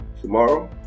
Tomorrow